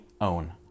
own